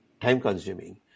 time-consuming